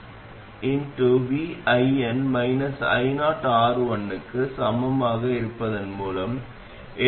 இப்போது நீங்கள் நெருக்கமாகப் பின்தொடர்ந்து முந்தைய விரிவுரையில் நாங்கள் என்ன செய்தோம் என்பதை நீங்கள் நினைவுபடுத்தினால் நாங்கள் ஏற்கனவே இதைச் செய்திருப்பதை நீங்கள் காண்கிறீர்கள்